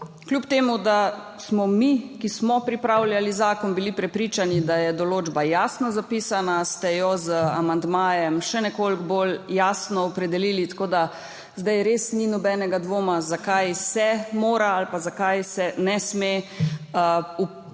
kljub temu, da smo bili mi, ki smo pripravljali zakon, prepričani, da je določba jasno zapisana, ste jo z amandmajem še nekoliko bolj jasno opredelili, tako da zdaj res ni nobenega dvoma, zakaj se mora ali pa zakaj se ne sme zaračunavati